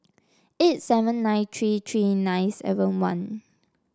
eight seven nine three three nine seven one